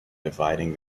dividing